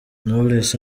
knowless